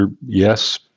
Yes